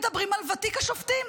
מדברים על "ותיק השופטים".